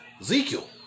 Ezekiel